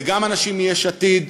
וגם אנשים מיש עתיד.